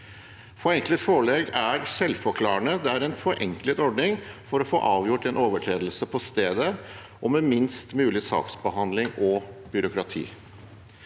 Forenklet forelegg er selvforklarende. Det er en forenklet ordning for å få avgjort en overtredelse på stedet og med minst mulig saksbehandling og byråkrati.